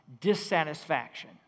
dissatisfaction